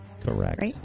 Correct